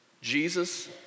Jesus